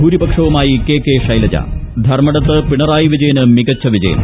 ഭൂരിപക്ഷവുമായി ക്ക് കെ ശൈലജ ധർമടത്ത് പിണറായി വിജയന് മികച്ച വിജയം